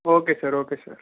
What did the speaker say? okay sir okay sir